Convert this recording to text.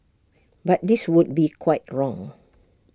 but this would be quite wrong